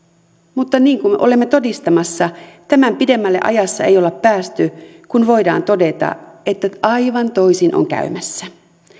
mutta niin kuin olemme todistamassa tämän pidemmälle ajassa ei olla päästy kun voidaan todeta että aivan toisin on käymässä